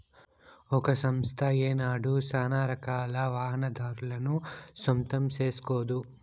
ఒక సంస్థ ఏనాడు సానారకాల వాహనాదారులను సొంతం సేస్కోదు